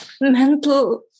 mental